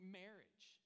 marriage